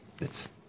it's-